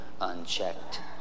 unchecked